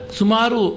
sumaru